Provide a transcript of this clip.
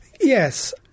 Yes